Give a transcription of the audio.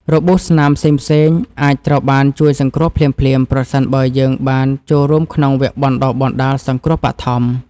របួសស្នាមផ្សេងៗអាចត្រូវបានជួយសង្គ្រោះភ្លាមៗប្រសិនបើយើងបានចូលរួមក្នុងវគ្គបណ្តុះបណ្តាលសង្គ្រោះបឋម។